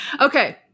Okay